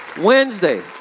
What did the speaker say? Wednesday